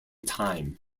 time